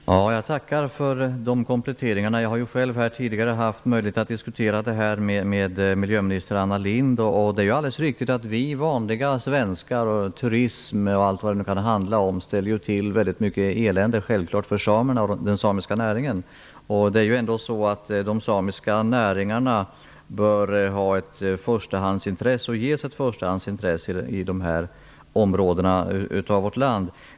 Fru talman! Jag tackar för dessa kompletteringar. Jag har ju haft möjlighet att diskutera frågan med miljöminister Anna Lindh. Det är alldeles riktigt att vi vanliga svenskar och turismen ställer till väldigt mycket elände för samerna och den samiska näringen. De samiska näringarna bör ges ett förstahandsintresse när det gäller dessa områden av vårt land.